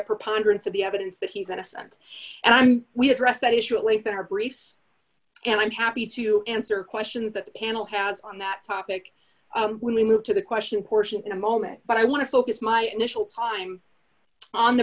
preponderance of the evidence that he's innocent and i'm we addressed that issue away from her briefs and i'm happy to answer questions that the panel has on that topic when we move to the question portion in a moment but i want to focus my initial time on the